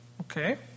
Okay